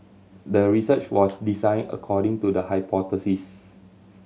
the research was designed according to the hypothesis